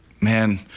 man